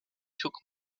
took